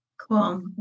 Cool